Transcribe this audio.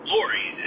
Lori